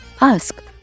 ask